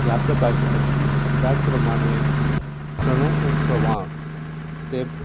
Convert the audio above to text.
या प्रकारची आशिल्ली त्याच प्रमाणे सणो उत्सवाक ते